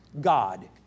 God